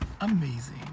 amazing